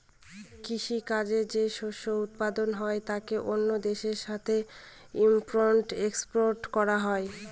কৃষি কাজে যে শস্য উৎপাদন হয় তাকে অন্য দেশের সাথে ইম্পোর্ট এক্সপোর্ট করা হয়